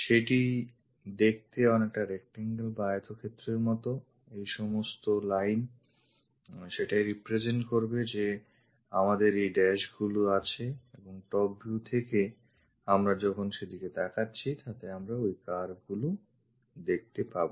সেটা দেখতে অনেকটা rectangle বা আয়তক্ষেত্রের মত এই সমস্ত line সেটাই represent করবে যে আমাদের এই dashগুলি আছে এবং top view থেকে আমরা যখন সেদিকে তাকাচ্ছি তাতে আমরা ওই curve গুলি দেখতে থাকব